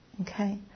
Okay